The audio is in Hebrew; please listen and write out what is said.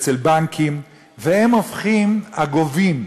אצל בנקים, והם הופכים הגובים.